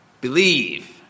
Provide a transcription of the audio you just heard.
believe